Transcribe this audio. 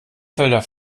felder